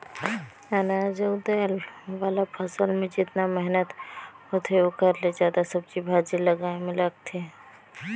अनाज अउ दायल वाला फसल मे जेतना मेहनत होथे ओखर ले जादा सब्जी भाजी लगाए मे लागथे